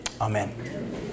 Amen